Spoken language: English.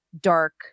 dark